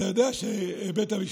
אתה יודע שזה לא נכון.